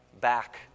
...back